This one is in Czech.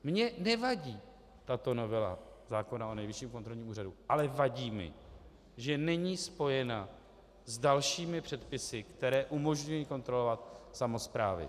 Mně nevadí tato novela zákona o Nejvyšším kontrolním úřadu, ale vadí mi, že není spojena s dalšími předpisy, které umožňují kontrolovat samosprávy.